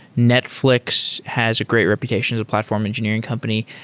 netfl ix has a great reputation as a platform engineering company.